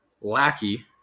Lackey